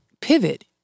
pivot